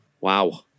Wow